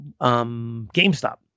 GameStop